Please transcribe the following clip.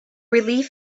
relief